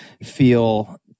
feel